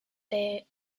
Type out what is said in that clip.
dairy